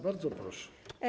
Bardzo proszę.